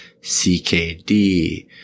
CKD